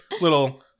little